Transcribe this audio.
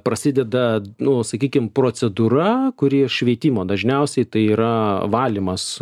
prasideda nu sakykim procedūra kuri šveitimo dažniausiai tai yra valymas